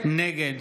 נגד